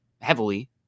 heavily